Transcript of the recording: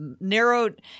narrowed